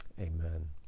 amen